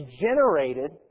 generated